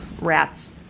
rats